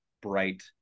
bright